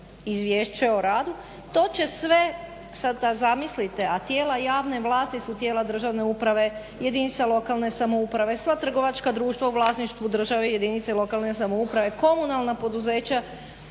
izvješće o radu, to će sve sad kad zamislite, a tijela javne vlasti su tijela državne uprave, jedinica lokalne samouprave, sva trgovačka društva u vlasništvu države jedinice lokalne samouprave, komunalna poduzeća